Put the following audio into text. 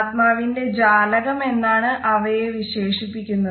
ആത്മാവിന്റെ ജാലകം എന്നാണ് അവയെ വിശേഷിപ്പിക്കുന്നത്